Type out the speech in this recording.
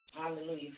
Hallelujah